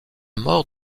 mort